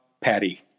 Patty